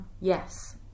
Yes